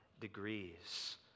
degrees